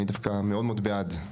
אני דווקא מאוד מאוד בעד.